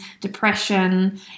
depression